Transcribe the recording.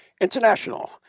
International